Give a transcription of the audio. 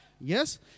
Yes